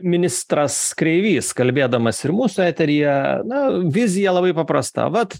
ministras kreivys kalbėdamas ir mūsų eteryje na vizija labai paprasta vat